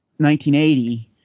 1980